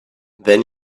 then